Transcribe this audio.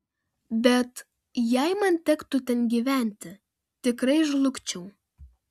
bet jei man tektų ten gyventi tikrai žlugčiau